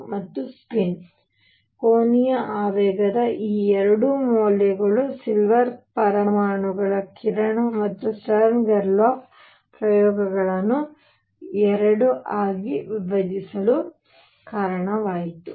ಮತ್ತು ಸ್ಪಿನ್ ಕೋನೀಯ ಆವೇಗದ ಈ 2 ಮೌಲ್ಯಗಳು ಸಿಲ್ವರ್ ಪರಮಾಣುಗಳ ಕಿರಣ ಮತ್ತು ಸ್ಟರ್ನ್ ಗೆರ್ಲಾಕ್ ಪ್ರಯೋಗಗಳನ್ನು 2 ಆಗಿ ವಿಭಜಿಸಲು ಕಾರಣವಾಯಿತು